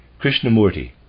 Krishnamurti